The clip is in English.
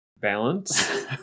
balance